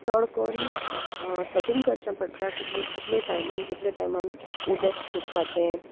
चड कोन्न सेटींग करचें पडटा कितले कितले टायमान कितले टायमान उदक सुटपाचें